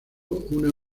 una